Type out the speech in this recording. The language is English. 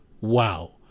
Wow